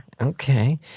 Okay